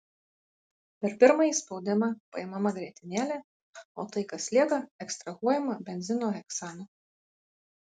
per pirmąjį spaudimą paimama grietinėlė o tai kas lieka ekstrahuojama benzino heksanu